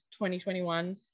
2021